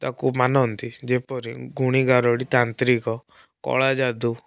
ତାକୁ ମାନନ୍ତି ଯେପରି ଗୁଣିଗାରେଡ଼ି ତାନ୍ତ୍ରିକ କଳାଜାଦୁ